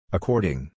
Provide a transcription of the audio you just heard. According